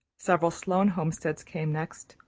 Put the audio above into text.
several sloane homesteads came next,